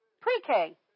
Pre-K